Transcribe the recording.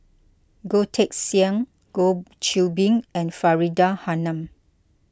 Goh Teck Sian Goh Qiu Bin and Faridah Hanum